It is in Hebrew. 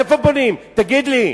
איפה בונים, תגיד לי?